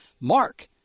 Mark